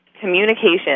communication